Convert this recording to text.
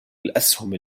الأسهم